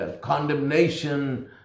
condemnation